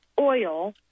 oil